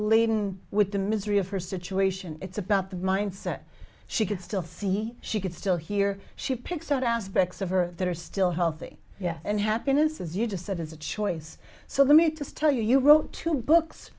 living with the misery of her situation it's about the mind set she could still see she could still hear she picks out aspects of her that are still healthy and happiness as you just said is a choice so let me just tell you you wrote two books